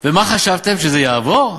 ומה חשבתם, שזה יעבור?